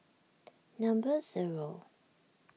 number zero